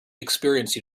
experience